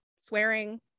swearing